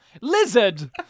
Lizard